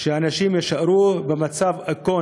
שאנשים יישארו במצה היכון,